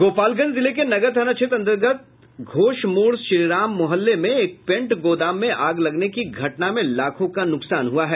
गोपालगंज जिले के नगर थाना क्षेत्र अंतर्गत घोष मोड़ श्रीराम मोहल्ले में एक पेंट गोदाम में आग लगने की घटना में लाखों का नुकसान हुआ है